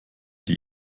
die